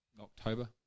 October